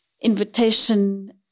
invitation